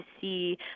see